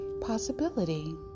possibility